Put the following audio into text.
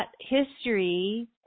history